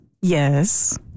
Yes